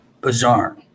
bizarre